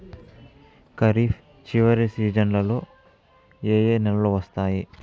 ఖరీఫ్ చివరి సీజన్లలో ఏ ఏ నెలలు వస్తాయి